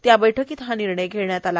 या बैठकीत हा निर्णय घेण्यात आला